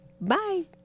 Bye